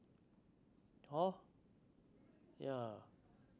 !huh! yeah